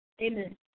Amen